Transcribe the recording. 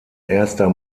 erster